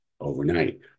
overnight